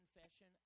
confession